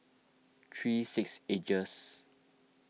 three six Ages